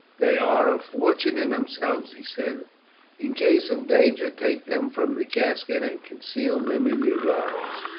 they are a fortune in themselves, he said in case of danger, take them from the casket and conceal them in your garments.